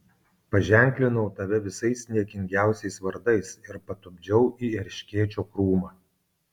paženklinau tave visais niekingiausiais vardais ir patupdžiau į erškėčio krūmą